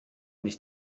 nicht